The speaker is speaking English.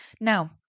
Now